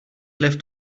left